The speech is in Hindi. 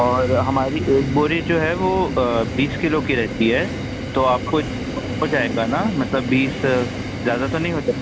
और हमारी एक बोरी जो है वह बीस किलो की रहती है तो आप को हो जाएगा ना मतलब बीस ज़्यादा तो नहीं हो